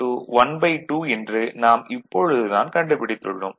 ZB ½ என்று நாம் இப்பொழுது தான் கண்டுபிடித்துள்ளோம்